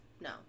No